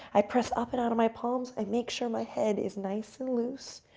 i press up and out of my palms, i make sure my head is nice and loose,